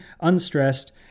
unstressed